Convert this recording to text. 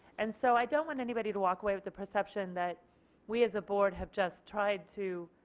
and so i don't want anybody to walk away with the perception that we as a board have just tried to